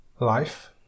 life